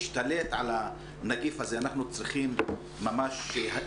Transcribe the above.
אנחנו יודעים שהנגיף הזה מתפשט בצורה אקספוננציאלי,